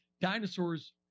dinosaurs